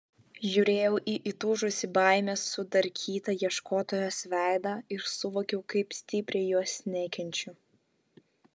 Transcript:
žiūrėjau į įtūžusį baimės sudarkytą ieškotojos veidą ir suvokiau kaip stipriai jos nekenčiu